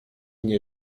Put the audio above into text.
nie